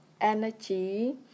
energy